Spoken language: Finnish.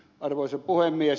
arvoisa puhemies